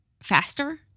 faster